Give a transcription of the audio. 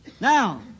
Now